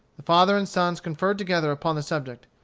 the father and sons conferred together upon the subject.